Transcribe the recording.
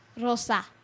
Rosa